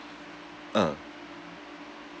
uh